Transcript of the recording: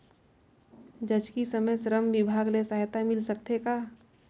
जचकी समय श्रम विभाग ले सहायता मिल सकथे का?